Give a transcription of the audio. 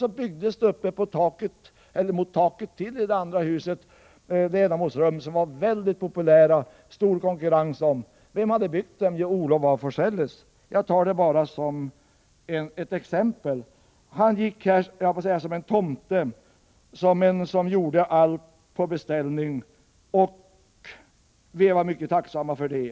Då byggdes det uppe vid taket ledamotsrum som var mycket populära och som det var stor konkurrens om. Vem hade byggt dem? Jo, det var Olof af Forselles. Han gick här nästan som en tomte som gjorde allt på beställning, och vi var mycket tacksamma för det.